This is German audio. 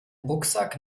rucksack